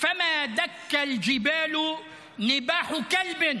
ועל זה אני אומר, אבו טייב,